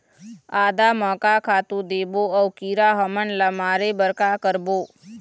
आदा म का खातू देबो अऊ कीरा हमन ला मारे बर का करबो?